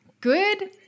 good